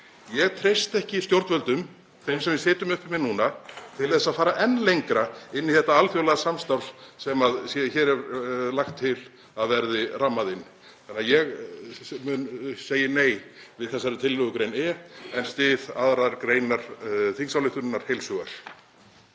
Ég treysti ekki stjórnvöldum, þeim sem við sitjum uppi með núna, til að fara enn lengra inn í þetta alþjóðlega samstarf sem hér er lagt til að verði rammað inn. Þannig að ég mun segja nei við þessari tillögugrein en styð aðrar greinar þingsályktunarinnar heils hugar.